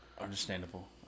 Understandable